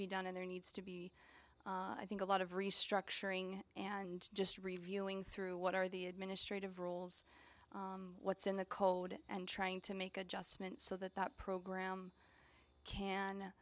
be done and there needs to be i think a lot of restructuring and just reviewing through what are the administrative rules what's in the code and trying to make adjustments so that that program can